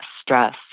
Stress